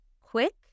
quick